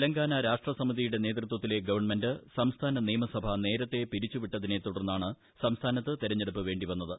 തെലങ്കാന രാഷ്ട്ര സമിതിയുടെ നേതൃത്വത്തിലെ ഗവൺമെന്റ് സംസ്ഥാന നിയമസഭ നേരത്തെ പിരിച്ചുവിട്ടതിനെ തൂടർന്നാണ് സംസ്ഥാനത്ത് തെരഞ്ഞെടുപ്പ് വേണ്ടിവന്നത്